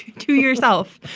to yourself.